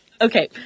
Okay